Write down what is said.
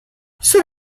zer